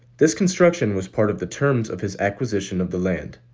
this construction was part of the terms of his acquisition of the land.